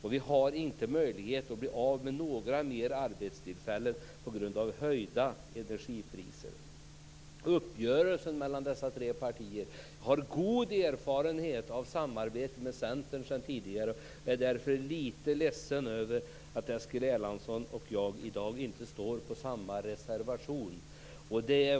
Vi klarar inte att bli av med några fler arbetstillfällen på grund av höjda energipriser. Uppgörelsen mellan dessa tre partier har god erfarenhet av samarbetet med Centern sedan tidigare. Jag är därför lite ledsen över att Eskil Erlandssons och mitt namn inte står på samma reservation.